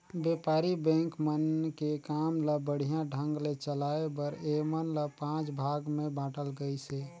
बेपारी बेंक मन के काम ल बड़िहा ढंग ले चलाये बर ऐमन ल पांच भाग मे बांटल गइसे